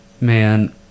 man